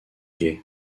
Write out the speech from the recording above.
gay